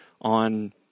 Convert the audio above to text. on